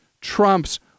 trumps